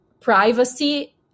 privacy